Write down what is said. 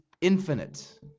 Infinite